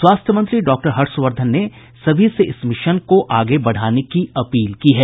स्वास्थ्य मंत्री डॉक्टर हर्ष वर्धन ने सभी से इस मिशन को आगे बढ़ाने की अपील की है